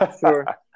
sure